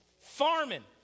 Farming